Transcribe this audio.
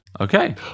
Okay